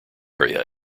area